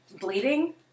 Bleeding